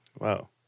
Wow